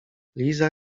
liza